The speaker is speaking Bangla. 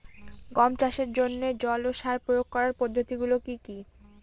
গম চাষের জন্যে জল ও সার প্রয়োগ করার পদ্ধতি গুলো কি কী?